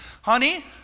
Honey